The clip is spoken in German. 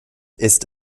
ist